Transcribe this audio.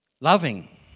loving